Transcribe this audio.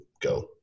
go